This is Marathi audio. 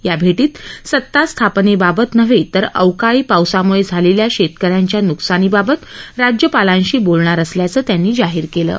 या भेटीत सत्ता स्थापनेबाबत नव्हे तर अवकाळी पावसामुळे झालेल्या शेतक यांच्या न्कसानाबाबत राज्यपालांशी बोलणार असल्याचं त्यांनी जाहीर केलं आहे